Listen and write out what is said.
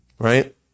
Right